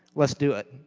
let's do it.